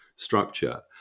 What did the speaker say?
Structure